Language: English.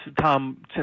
Tom